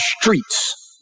streets